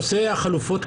נושא החלופות,